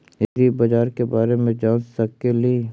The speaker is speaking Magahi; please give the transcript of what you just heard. ऐग्रिबाजार के बारे मे जान सकेली?